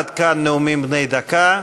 עד כאן נאומים בני דקה.